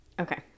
Okay